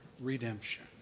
redemption